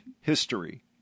History